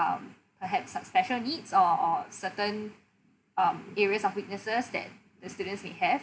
um perhaps some special needs or or certain um areas of weaknesses that the students may have